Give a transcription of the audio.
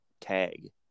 Tag